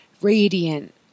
radiant